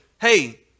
hey